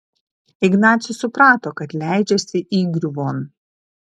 ignacius suprato kad leidžiasi įgriuvon